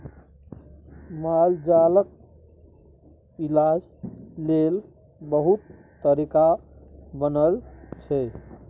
मालजालक इलाज लेल बहुत तरीका बनल छै